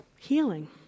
healing